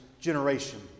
generation